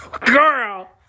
Girl